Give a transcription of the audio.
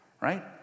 Right